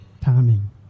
timing